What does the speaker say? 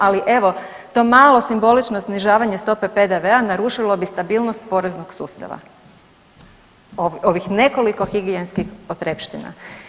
Ali evo to malo simbolično snižavanje stope PDV-a narušilo bi stabilnost poreznog sustava ovih nekoliko higijenskih potrepština.